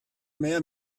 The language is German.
mehr